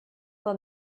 for